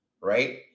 right